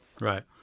Right